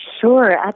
Sure